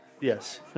Yes